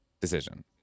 decision